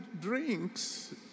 drinks